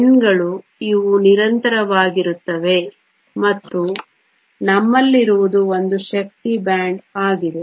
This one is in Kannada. N ಗಳು ಇವು ನಿರಂತರವಾಗುತ್ತವೆ ಮತ್ತು ನಮ್ಮಲ್ಲಿರುವುದು ಒಂದು ಶಕ್ತಿ ಬ್ಯಾಂಡ್ ಆಗಿದೆ